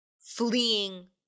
fleeing